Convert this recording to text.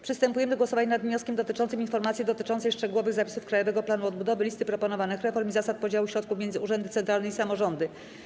Przystępujemy do głosowania nad wnioskiem dotyczącym informacji dotyczącej szczegółowych zapisów Krajowego Planu Odbudowy, listy proponowanych reform i zasad podziału środków między urzędy centralne i samorządy.